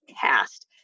cast